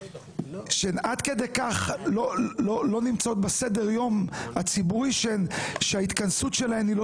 שהן עד כדי כך לא נמצאות בסדר יום הציבורי שההתכנסות שלהן היא לא